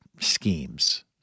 schemes